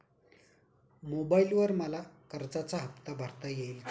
मोबाइलवर मला कर्जाचा हफ्ता भरता येईल का?